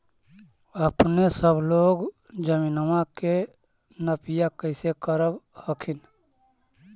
अपने सब लोग जमीनमा के नपीया कैसे करब हखिन?